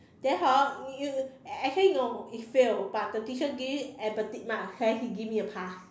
then hor you you actually no it's fail but the teacher give empathy marks then he give me a pass